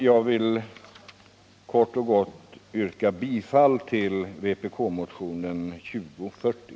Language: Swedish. Jag vill kort och gott yrka bifall till vpk-motionen 2040.